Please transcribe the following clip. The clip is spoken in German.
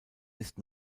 ist